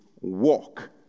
walk